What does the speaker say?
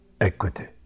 equity